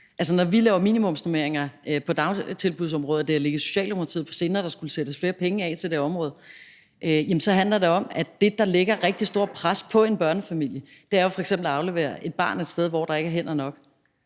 Når vi laver minimumsnormeringer på dagtilbudsområdet – det har ligget Socialdemokratiet på sinde, at der skulle sættes flere penge af til det område – så handler det om, at det, der lægger et rigtig stort pres på en børnefamilie, jo er f.eks. at aflevere et barn sted, hvor der ikke er hænder nok.